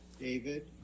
David